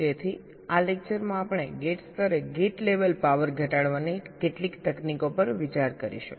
તેથી આ લેક્ચરમાં આપણે ગેટ સ્તરે ગેટ લેવલ પાવર ઘટાડવાની કેટલીક તકનીકો પર વિચાર કરીશું